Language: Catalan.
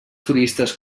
turistes